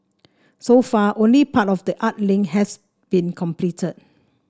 so far only part of the art link has been completed